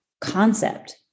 concept